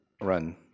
run